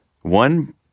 one